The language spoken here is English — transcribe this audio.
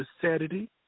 Saturday